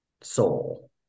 soul